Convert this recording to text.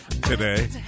today